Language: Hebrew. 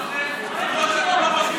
למרות שאתם לא חושבים כמוהו.